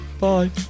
Bye